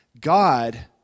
God